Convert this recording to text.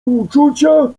uczucia